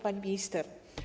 Pani Minister!